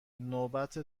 نوبت